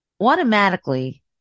automatically